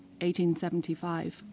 1875